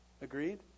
Agreed